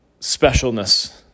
specialness